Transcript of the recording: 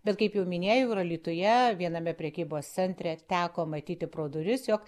bet kaip jau minėjau ir alytuje viename prekybos centre teko matyti pro duris jog